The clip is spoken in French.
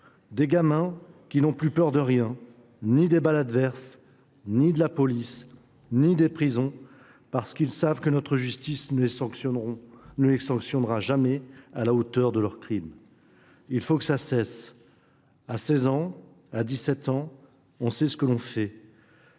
Ces gamins n’ont plus peur de rien, ni des balles adverses, ni de la police, ni des prisons, parce qu’ils savent que notre justice ne les sanctionnera jamais à la hauteur de leur crime. Il faut que cela cesse. À 16 ou 17 ans, on sait ce que l’on fait